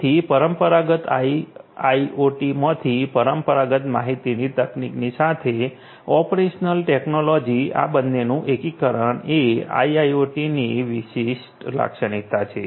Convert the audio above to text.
તેથી પરંપરાગત આઇઓટીમાંથી પરંપરાગત માહિતી તકનીકની સાથે ઓપરેશનલ ટેકનોલોજી આ બંનેનું એકીકરણ એ આઈઆઈઓટી ની વિશિષ્ટ લાક્ષણિકતા છે